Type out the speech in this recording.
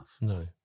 No